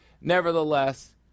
Nevertheless